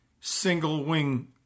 single-wing